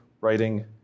writing